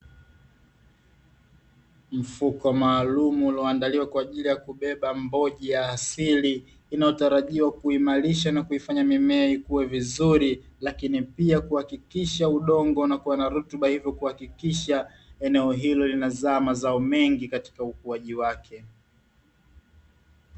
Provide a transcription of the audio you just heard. Mfuko maalumu ulioandaliwa kwa ajili ya kubeba mboji ya asili, inayotarajiwa kuimarisha na kuifanya mimea na kuifanya ikue vizuri; lakini pia kuhakikisha udongo unakuwa na rutuba hivyo kuhakikisha eneo hilo linazaa mazao mengi katika ukuaji wake.